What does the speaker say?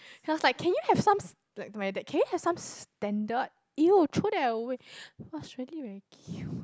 she was like can you have some s~ like to my dad can you have some standard !eww! throw that away it was really very cute